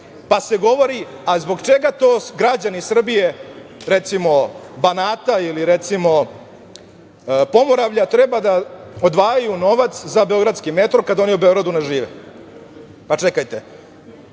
Pa se govori – a zbog čega to građani Srbije, recimo Banata, ili recimo Pomoravlja, treba da odvajaju novac za beogradski metro, kada oni u Beogradu ne žive? Čekajte,